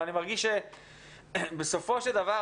אני מרגיש שבסופו של דבר,